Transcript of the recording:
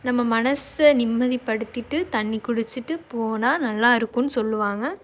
நம்ம மனசை நிம்மதிபடுத்திட்டு தண்ணீர் குடிச்சுட்டு போனால் நல்லாயிருக்குன்னு சொல்லுவாங்க